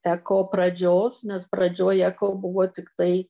eko pradžios nes pradžioje kol buvo tiktai